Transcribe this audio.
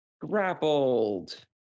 grappled